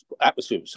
atmosphere